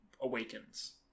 Awakens